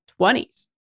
20s